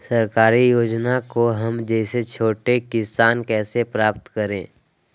सरकारी योजना को हम जैसे छोटे किसान कैसे प्राप्त करें?